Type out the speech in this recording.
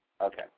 Okay